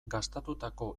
gastatutako